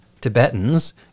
Tibetans